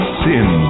sin